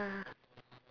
ya